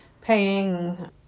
paying